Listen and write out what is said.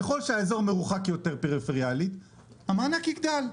ככל שהאזור מרוחק יותר המענק יגדל,